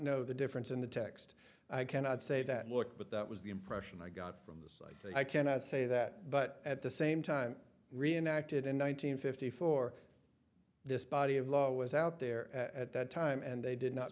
know the difference in the text i cannot say that look but that was the impression i got from this i think i cannot say that but at the same time reenacted in one nine hundred fifty four this body of law was out there at that time and they did not